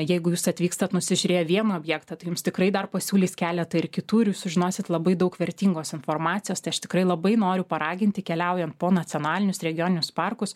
jeigu jūs atvykstat nusižiūrėję vieną objektą tai jums tikrai dar pasiūlys keletą ir kitų ir sužinosit labai daug vertingos informacijos tai aš tikrai labai noriu paraginti keliaujan po nacionalinius regioninius parkus